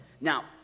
Now